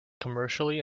commercially